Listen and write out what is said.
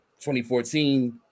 2014